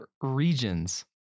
regions